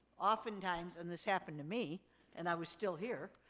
oftentimes, and this happened to me and i was still here,